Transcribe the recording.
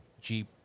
Jeep